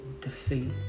defeat